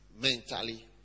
mentally